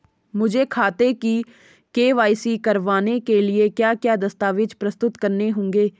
मुझे खाते की के.वाई.सी करवाने के लिए क्या क्या दस्तावेज़ प्रस्तुत करने होंगे?